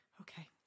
Okay